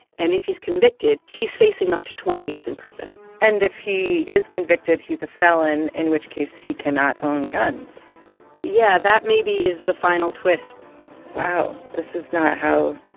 and if he's convicted, he's facing to twenty years in prison and if he is convicted, he's a felon, in which case he cannot own guns yeah. that, maybe, is the final twist wow, this is not how,